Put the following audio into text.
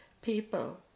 People